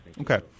Okay